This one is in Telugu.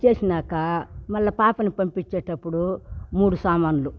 ఇచ్చేసినాక మళ్ళ పాపను పంపిచ్చేటప్పుడు మూడు సామాన్లు